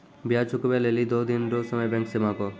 ब्याज चुकबै लेली दो दिन रो समय बैंक से मांगहो